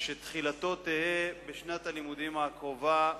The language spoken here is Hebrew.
שתחילתו תהא בשנת הלימודים הקרובה,